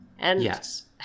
Yes